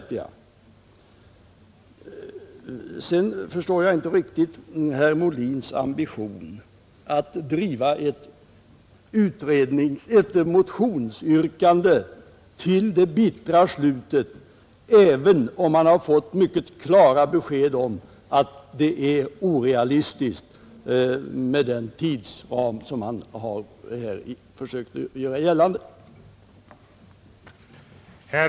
Vidare förstår jag inte riktigt herr Molins ambition att driva ett motionsyrkande till det bittra slutet, fastän han har fått mycket klara besked om att det är orealistiskt med den tidsram som han här har talat för.